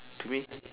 to me